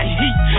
heat